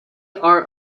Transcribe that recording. are